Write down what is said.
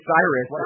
Cyrus